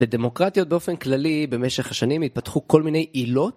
בדמוקרטיות באופן כללי, במשך השנים התפתחו כל מיני עילות.